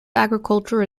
agriculture